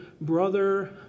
brother